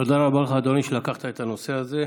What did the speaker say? תודה רבה לך, אדוני, שלקחת את הנושא הזה.